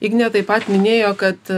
ignė taip pat minėjo kad